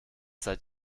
seid